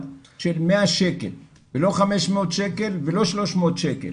בגובה 100 שקלים ולא 500 שקלים וגם לא 300 שקל.